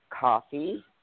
coffee